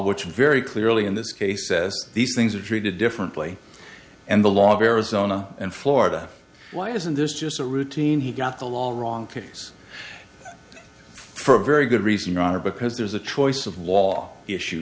which very clearly in this case says these things are treated differently and the law of arizona and florida why isn't this just a routine he got the long wrong case for a very good reason or because there's a choice of law issue